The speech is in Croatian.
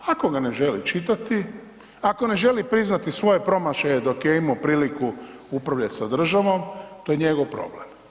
Ako ga ne želi čitati, ako ne želi priznati svoje promašaje dok je imao priliku upravljati sa državom, to je njegov problem.